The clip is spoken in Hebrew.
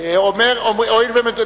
אין נמנעים.